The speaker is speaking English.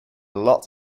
lots